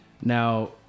Now